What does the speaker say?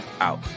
out